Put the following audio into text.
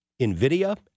NVIDIA